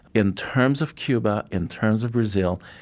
in terms of cuba, in terms of brazil,